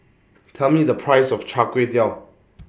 Tell Me The Price of Chai Kway Tow